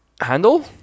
Handle